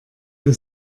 wir